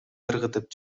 ыргытып